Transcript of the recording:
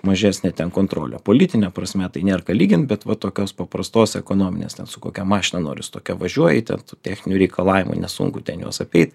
mažesnė ten kontrolė politine prasme tai nėra ką lygint bet va tokios paprastos ekonominės ten su kokia mašina nori su tokia važiuoji ten tų techninių reikalavimų nesunku ten juos apeit